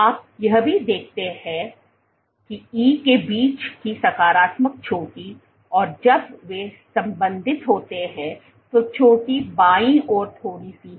आप यह भी देखते हैं कि E के बीच की सकारात्मक चोटी और जब वे संबंधित होते हैं तो चोटी बाईं ओर थोड़ी सी है